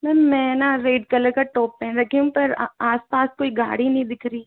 ma'am मैं ना red colour का टॉप पहन रखी हूँ पर आसपास कोई गाड़ी नहीं दिख रही